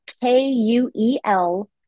k-u-e-l